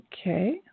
Okay